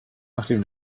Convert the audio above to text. nachdem